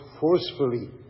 forcefully